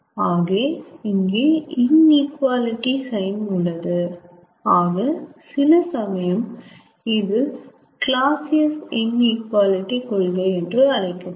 ஆக இங்கே inequality sign உள்ளது ஆக சிலசமயம் இது கிளாஸ்சியஸ் இன்இகுவாலிட்டி கொள்கை என்று அழைக்கப்படும்